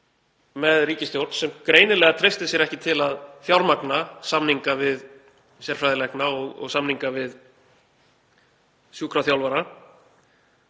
með ríkisstjórn sem greinilega treystir sér ekki til að fjármagna samninga við sérfræðilækna og samninga við sjúkraþjálfara